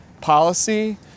policy